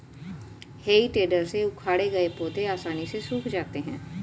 हेइ टेडर से उखाड़े गए पौधे आसानी से सूख जाते हैं